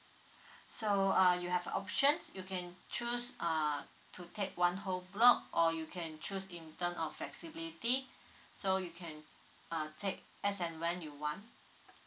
so uh you have options you can choose uh to take one whole block or you can choose in terms of flexibility so you can uh take as and when you want